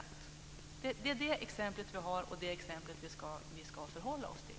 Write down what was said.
Det är det exemplet vi har och det exemplet vi ska förhålla oss till.